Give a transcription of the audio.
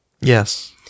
Yes